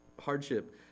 hardship